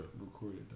recorded